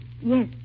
Yes